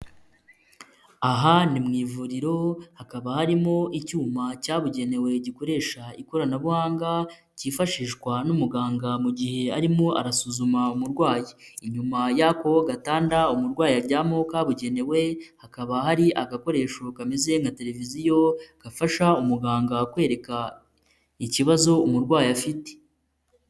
Aha ni mu ivuriro hakaba harimo icyuma cyabugenewe gikoresha ikoranabuhanga cyifashishwa n'umuganga mu gihe arimo arasuzuma umurwayi, inyuma y'ako gatanda umurwayi aryamo kabugenewe hakaba hari agakoresho kameze nka televiziyo gafasha umuganga kwereka ikibazo umurwayi afite.